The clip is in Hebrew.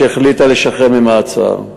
והיא החליטה לשחרר ממעצר.